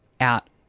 out